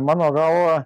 mano galva